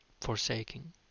Forsaking